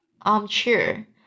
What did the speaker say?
armchair